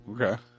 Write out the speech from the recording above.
Okay